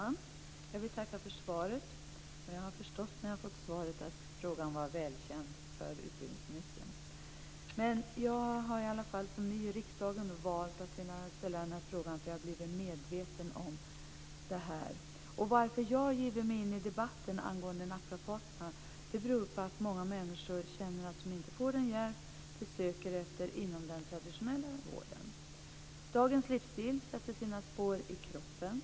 Fru talman! Jag vill tacka för svaret. Jag har förstått, när jag fick svaret, att frågan var välkänd för utbildningsministern. Jag har i alla fall som ny i riksdagen valt att ställa den här frågan eftersom jag har blivit medveten om det här. Anledningen till att jag har givit mig in i debatten om naprapaterna är att många människor känner att de inte får den hjälp de söker inom den traditionella vården. Dagens livsstil sätter sina spår i kroppen.